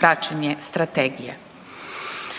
praćenje strategije.